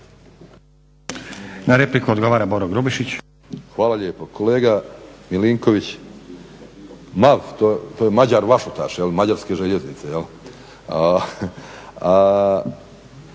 Na repliku odgovara Boro Grubišić.